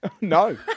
No